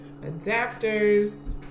adapters